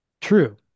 true